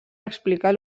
explicar